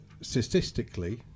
statistically